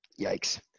Yikes